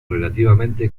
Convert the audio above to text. relativamente